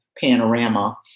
panorama